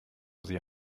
sie